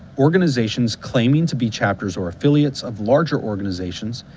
organizations claiming to be chapters or affiliates of larger organizations,